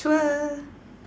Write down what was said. sure